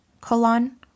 colon